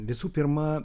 visų pirma